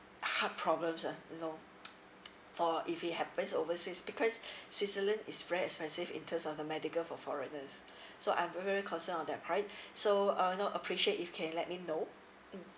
heart problems ah you know or if it happens overseas because switzerland is very expensive in terms of the medical for foreigners so I'm very concerned on that part so uh you know appreciate if can let me know mm